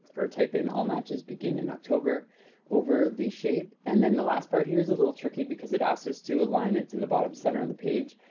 or type in all matches begin in october over the shape. and then the last part here is a little tricky because it asks us to align it to the bottom center of the page,